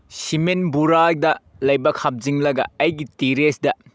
cement ꯕꯣꯔꯥꯗ ꯂꯩꯕꯥꯛ ꯍꯥꯞꯆꯤꯜꯂꯒ ꯑꯩꯒꯤ ꯇꯦꯔꯦꯁꯇ